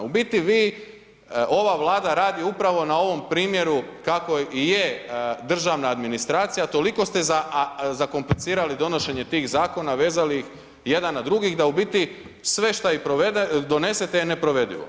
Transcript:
U biti vi, ova Vlada radi upravo na ovom primjeru kako i je državna administracija, toliko ste zakomplicirali donošenje tih Zakona, vezali ih jedan na drugi, da u biti sve što i donesete, je neprovedivo.